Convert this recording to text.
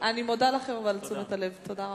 אני מודה לכם על תשומת הלב, תודה רבה.